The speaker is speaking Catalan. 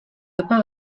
papa